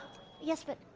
yes, but.